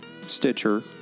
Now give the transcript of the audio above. Stitcher